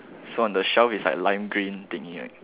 so on the shelf is like lime green thingy right